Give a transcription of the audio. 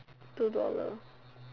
two dollar